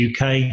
UK